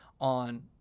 on